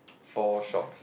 four shops